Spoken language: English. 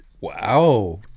Wow